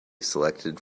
selected